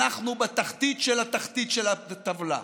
אנחנו בתחתית של התחתית של הטבלה.